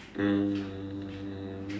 um